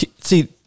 see